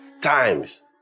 times